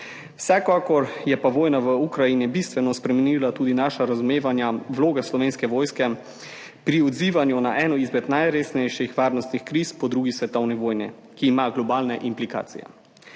Vsekakor je pa vojna v Ukrajini bistveno spremenila tudi naše razumevanje vloge Slovenske vojske pri odzivanju na eno izmed najresnejših varnostnih kriz po drugi svetovni vojni, ki ima globalne implikacije.